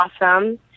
awesome